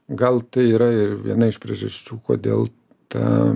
gal tai yra ir viena iš priežasčių kodėl ta